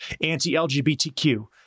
anti-lgbtq